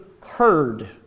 heard